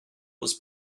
was